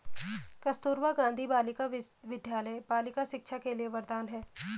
कस्तूरबा गांधी बालिका विद्यालय बालिका शिक्षा के लिए वरदान है